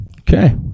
Okay